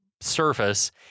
surface